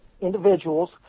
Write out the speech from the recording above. individuals